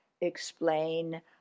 explain